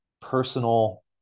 personal